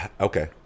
Okay